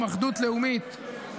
אחדות לאומית,